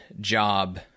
job